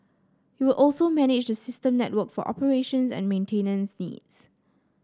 it will also manage the system network for operations and maintenance needs